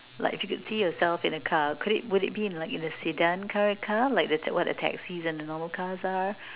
like if you could see yourself in a car could it would it be in like in a sedan car like the what the taxis and the normal cars are